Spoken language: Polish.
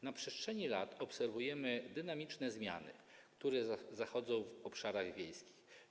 Na przestrzeni lat obserwujemy dynamiczne zmiany, które zachodzą na obszarach wiejskich.